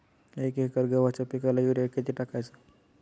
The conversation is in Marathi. एक एकर गव्हाच्या पिकाला युरिया किती टाकायचा?